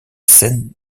scène